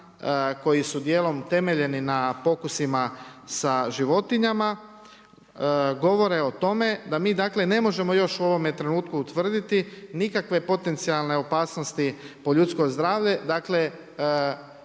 koji su dijelom temeljeni na pokusima sa životinjama, govore o tome da mi ne možemo još u ovome trenutku utvrditi nikakve potencijalne opasnosti po ljudsko zdravlje.